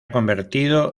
convertido